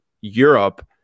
europe